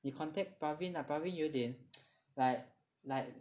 you contact Pravin lah Pravin 有一点 like like